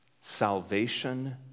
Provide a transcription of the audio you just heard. Salvation